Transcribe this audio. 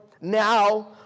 now